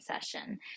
session